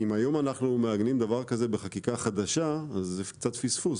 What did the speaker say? אם אנחנו מעגנים דבר כזה בחקיקה חדשה אז זה פספוס.